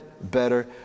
better